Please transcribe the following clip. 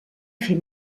fer